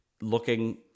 looking